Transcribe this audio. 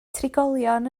trigolion